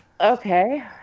okay